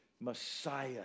Messiah